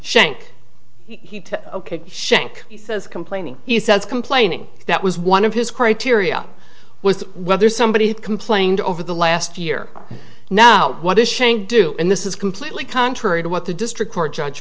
shank shank he says complaining he says complaining that was one of his criteria was whether somebody had complained over the last year now what is shank do and this is completely contrary to what the district court judge